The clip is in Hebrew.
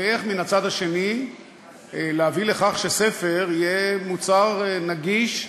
ואיך מן הצד השני להביא לכך שספר יהיה מוצר נגיש,